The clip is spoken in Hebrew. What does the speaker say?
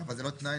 אבל זה לא תנאי?